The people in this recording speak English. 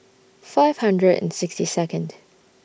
five hundred and sixty Second